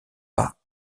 pas